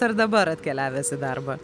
ar dabar atkeliavęs į darbą